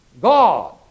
God